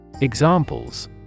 Examples